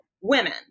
women